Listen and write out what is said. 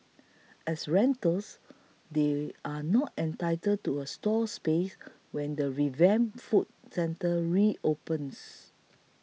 as renters they are not entitled to a stall space when the revamped food centre reopens